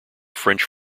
french